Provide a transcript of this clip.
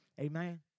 Amen